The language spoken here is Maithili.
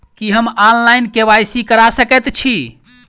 की हम ऑनलाइन, के.वाई.सी करा सकैत छी?